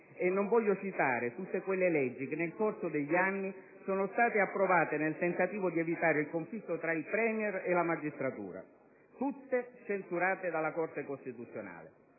E non voglio citare tutte quelle leggi che, nel corso degli anni, sono state approvate nel tentativo di evitare il conflitto tra il *Premier* e la magistratura, tutte censurate dalla Corte costituzionale.